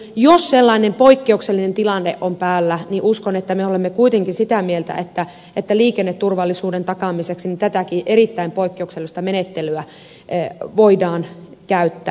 jos sellainen poikkeuksellinen tilanne on päällä toki uskon että olemme kuitenkin sitä mieltä että liikenneturvallisuuden takaamiseksi tätäkin erittäin poikkeuksellista menettelyä voidaan käyttää